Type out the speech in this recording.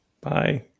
Bye